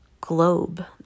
globe